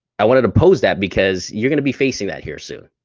i wanted to pose that because you're gonna be facing that here soon.